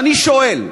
ואני שואל: